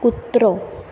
कुत्रो